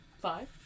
Five